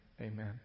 amen